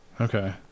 Okay